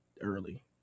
early